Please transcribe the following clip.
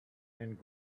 and